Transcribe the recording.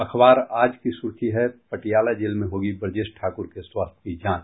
अखबार आज की सुर्खी है पटियाला जेल में होगी ब्रजेश ठाकुर के स्वास्थ्य की जांच